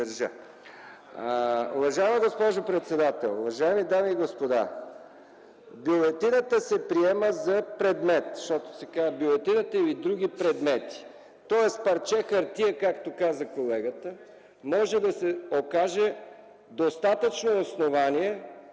въздържа. Уважаема госпожо председател, уважаеми дами и господа! Бюлетината се приема за предмет, защото се казва: „Бюлетината или други предмети”, тоест парче хартия, както каза колегата, може да се окаже достатъчно основание